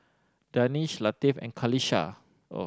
Danish Latif and Khalish